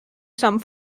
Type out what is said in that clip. some